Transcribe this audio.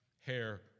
hair